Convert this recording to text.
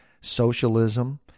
socialism